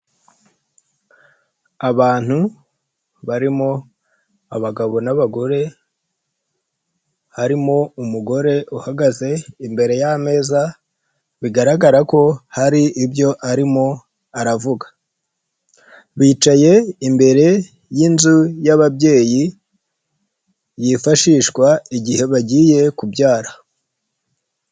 Abantu barimo abagabo n'abagore, harimo umugore uhagaze imbere y'ameza bigaragara ko hari ibyo arimo aravuga, bicaye imbere y'inzu y'ababyeyi yifashishwa igihe bagiye kubyara.